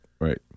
Right